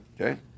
Okay